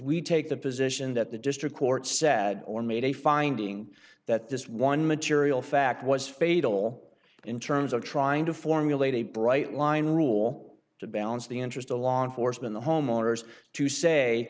we take the position that the district court sad or made a finding that this one material fact was fatal in terms of trying to formulate a bright line rule to balance the interest in law enforcement the home owners to say